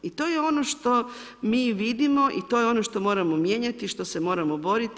I to je ono što mi vidimo i to je ono što moramo mijenjati, što se moramo boriti.